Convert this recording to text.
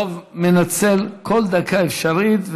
דב מנצל כל דקה לזכותו,